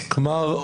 כלומר,